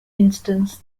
instance